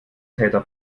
täter